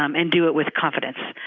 um and do it with confidence.